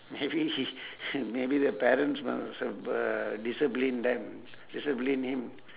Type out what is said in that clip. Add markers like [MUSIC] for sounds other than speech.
maybe he [NOISE] maybe the parents must have uh discipline them discipline him